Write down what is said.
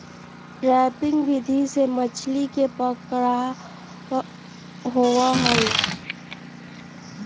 trapping विधि से मछली के पकड़ा होबा हई